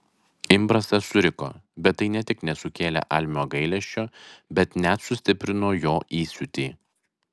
imbrasas suriko bet tai ne tik nesukėlė almio gailesčio bet net sustiprino jo įsiūtį